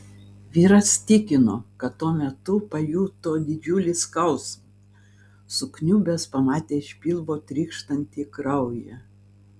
vyras tikino kad tuo metu pajuto didžiulį skausmą sukniubęs pamatė iš pilvo trykštantį kraują